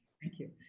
thank you,